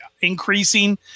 increasing